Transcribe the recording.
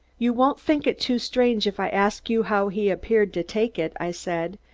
you won't think it too strange if i ask you how he appeared to take it? i said,